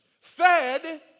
fed